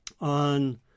on